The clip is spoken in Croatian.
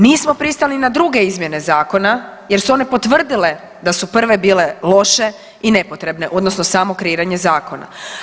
Nismo pristali ni na druge izmjene Zakona jer su one potvrdile da su prve bile loše i nepotrebne odnosno samo kreiranje zakona.